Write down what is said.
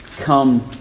come